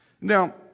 Now